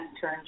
turn